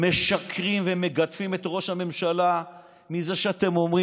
משקרים ומגדפים את ראש הממשלה בזה שאתם אומרים